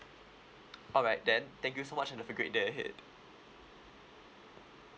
alright then thank you so much and have a great day ahead